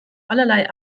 allerlei